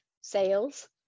sales